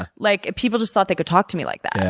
ah like people just thought they could talk to me like that.